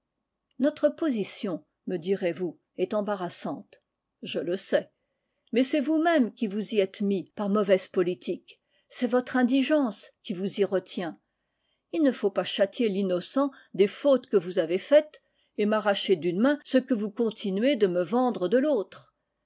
notre position me direz-vous est embarrassante je le sais mais c'est vous-même qui vous y êtes mis par mauvaise politique c'est votre indigence qui vous y retient il ne faut pas châtier l'innocent des fautes que vous avez faites et m'arracher d'une main ce que vous continuez de me vendre de l'autre